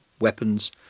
weapons